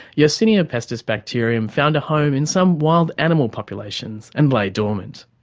yersinia pestis bacteria found a home in some wild animal populations and lay dormant.